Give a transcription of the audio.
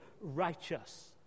righteous